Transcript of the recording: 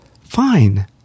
Fine